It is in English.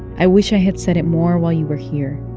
i wish i had said it more while you were here.